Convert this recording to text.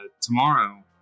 tomorrow